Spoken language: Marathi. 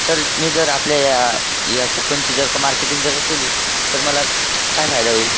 सर मी जर आपल्या या या कूपनची जर का मार्केटिंग जर का केली तर मला काय फायदा होईल